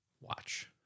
watch